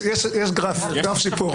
יש גרף שיפור.